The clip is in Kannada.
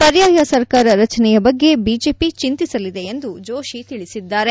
ಪರ್ಯಾಯ ಸರ್ಕಾರ ರಚನೆಯ ಬಗ್ಗೆ ಬಿಜೆಪಿ ಚಿಂತಿಸಲಿದೆ ಎಂದು ಜೋಶಿ ತಿಳಿಸಿದ್ದಾರೆ